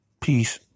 peace